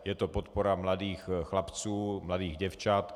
Je to podpora mladých chlapců, mladých děvčat.